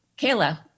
Kayla